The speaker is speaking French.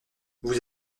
vous